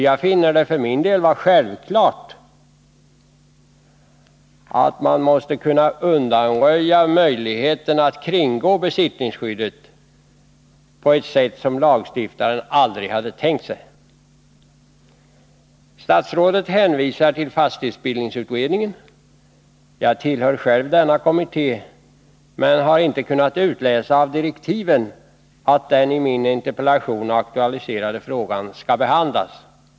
Jag finner det för min del vara självklart att man måste kunna undanröja möjligheten att kringgå besittningsskyddet genom att gå till väga på ett sätt som lagstiftaren aldrig hade tänkt sig. Statsrådet hänvisar till fastighetsbildningsutredningen. Jag tillhör själv denna kommitté, men jag har inte kunnat utläsa av direktiven att den i min interpellation aktualiserade frågan skall behandlas av utredningen.